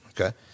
Okay